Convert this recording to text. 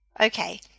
Okay